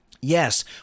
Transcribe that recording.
Yes